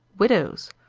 widows?